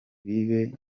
bibe